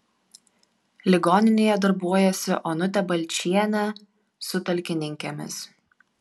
ligoninėje darbuojasi onutė balčienė su talkininkėmis